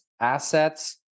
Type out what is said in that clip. assets